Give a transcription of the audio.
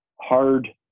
hard